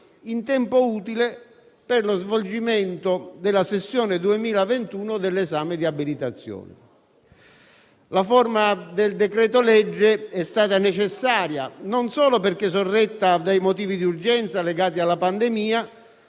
in tempo utile per lo svolgimento della sessione 2021 dell'esame di abilitazione. La forma del decreto-legge è stata necessaria, non solo perché sorretta dai motivi di urgenza legati alla pandemia,